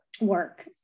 work